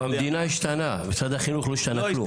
במדינה השתנה, במשרד החינוך לא השתנה כלום.